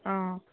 অঁ